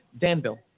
Danville